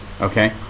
okay